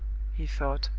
he thought,